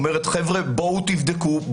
והיא אומרת בואו תבדקו,